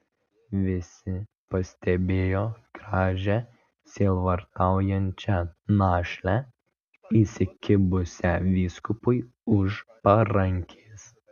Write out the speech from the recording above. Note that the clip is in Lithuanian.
visi pastebėjo gražią sielvartaujančią našlę įsikibusią vyskupui už parankės